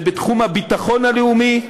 זה בתחום הביטחון הלאומי,